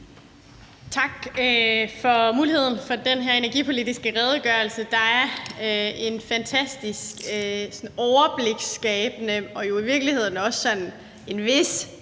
Tak for muligheden for at få den her energipolitiske redegørelse. Der er noget fantastisk overbliksskabende og jo i virkeligheden også en vis